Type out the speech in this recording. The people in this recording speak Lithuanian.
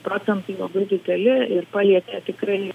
procentai labai dideli ir palietė tikrai